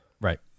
Right